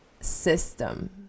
system